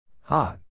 Hot